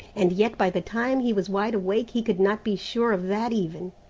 and yet by the time he was wide awake he could not be sure of that even.